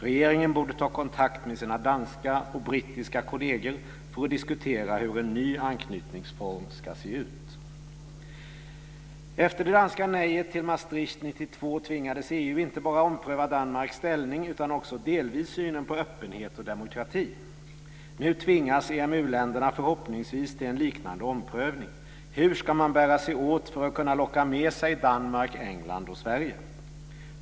Regeringen borde ta kontakt med sina danska och brittiska kolleger för att diskutera hur en ny anknytningsform ska se ut. Efter det danska nejet till Maastricht 1992 tvingades EU inte bara ompröva Danmarks ställning utan också delvis synen på öppenhet och demokrati. Nu tvingas EMU-länderna förhoppningsvis till en liknande omprövning. Hur ska man bära sig åt för att kunna locka med sig Danmark, England och Sverige?